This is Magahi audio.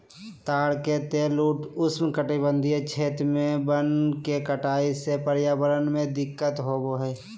ताड़ के तेल उष्णकटिबंधीय क्षेत्र में वन के कटाई से पर्यावरण में दिक्कत होबा हइ